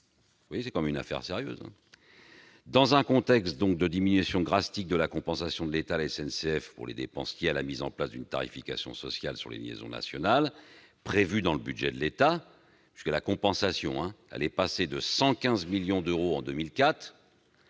C'est tout de même une affaire sérieuse ... Dans un contexte de diminution drastique de la compensation de l'État à la SNCF pour les dépenses liées à la mise en place d'une tarification sociale sur les liaisons nationales, prévue dans le budget de l'État- la compensation est passée de 115 millions d'euros en 2004